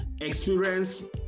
experience